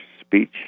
speech